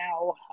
now